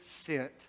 sent